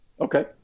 Okay